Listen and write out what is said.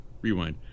Rewind